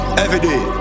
Everyday